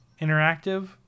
Interactive